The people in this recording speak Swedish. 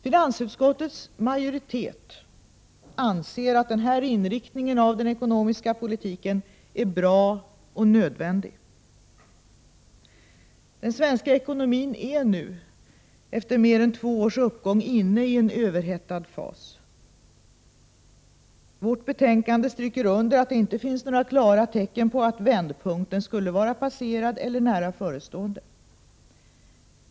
Finansutskottets majoritet anser att den här inriktningen av den ekonomiska politiken är bra och nödvändig. Den svenska ekonomin är nu, efter mer än två års uppgång, inne i en överhettad fas. Vårt betänkande stryker under att det inte finns några klara tecken på att vändpunkten skulle vara passerad eller nära förestående.